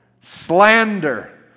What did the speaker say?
slander